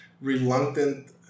reluctant